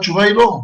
התשובה היא לא.